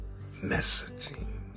messaging